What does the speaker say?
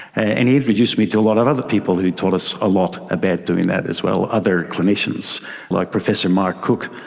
and he introduced me to a lot of other people who taught us a lot about doing that as well, other clinicians like professor mark cook,